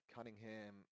Cunningham